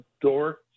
door